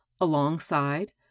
alongside